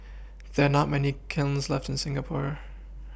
there are not many kilns left in Singapore